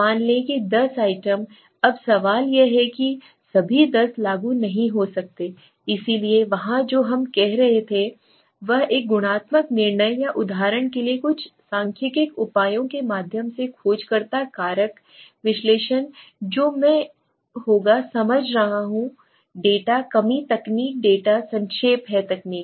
मान लें कि 10 आइटम अब सवाल यह है कि सभी 10 लागू नहीं हो सकते हैं इसलिए वहां जो हम करते हैं वह एक है गुणात्मक निर्णय या उदाहरण के लिए कुछ सांख्यिकीय उपायों के माध्यम से खोजकर्ता कारक विश्लेषण जो मैं होगा समझा रहा हूँ डेटा कमी तकनीक डेटा संक्षेप है तकनीक